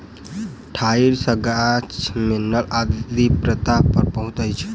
ठाइड़ सॅ गाछ में जल आदि पत्ता तक पहुँचैत अछि